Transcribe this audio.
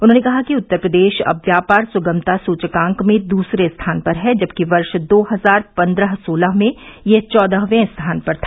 उन्होंने कहा कि उत्तर प्रदेश अब व्यापार सुगमता सूचकांक में दूसरे स्थान पर है जबकि वर्ष दो हजार पन्द्रह सोलह में यह चौदहवें स्थान पर था